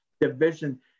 division